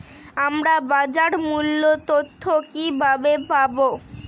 আমরা বাজার মূল্য তথ্য কিবাবে পাবো?